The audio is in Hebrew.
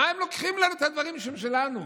מה הם לוקחים לנו את הדברים שהם שלנו?